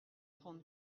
trente